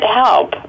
help